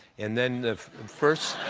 and then the first